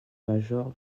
major